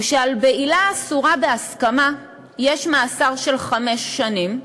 שעל בעילה אסורה בהסכמה יש מאסר של חמש שנים,